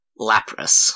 Lapras